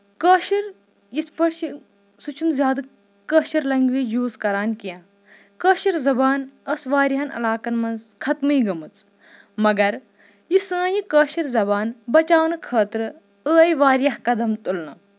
کٲشُر یِتھ پٲٹھۍ چھُ سُہ چھُ نہٕ زیادٕ کٲشُر لینگویج یوٗز کران کیٚنہہ کٲشِر زُبان ٲسۍ واریاہن علاقن منٛز ختمٕے گٔمٕژ مَگر یہِ سٲنۍ یہِ کٲشِر زَبان بَچاونہٕ خٲطرٕ ٲیۍ واریاہ قدم تُلنہٕ